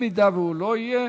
אם הוא לא יהיה,